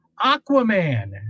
Aquaman